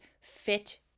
fit